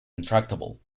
intractable